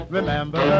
Remember